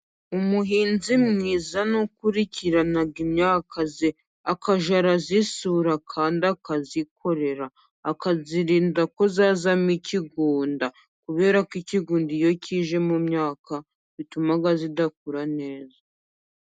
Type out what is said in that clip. Umuhinzi mwiza ni ukurikirana imyakaye, akajya arayisura kandi akayikorera, akayirinda ko yazamo ikigunda, kubera ko ikigunda iyo kije mumyaka, bituma idakura neza.